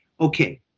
Okay